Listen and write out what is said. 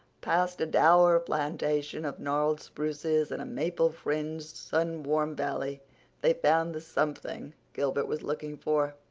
past a dour plantation of gnarled spruces and a maple-fringed, sun-warm valley they found the something gilbert was looking for.